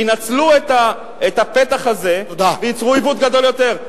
ינצלו את הפתח הזה וייצרו עיוות גדול יותר.